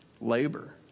labor